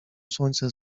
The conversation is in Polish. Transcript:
słońce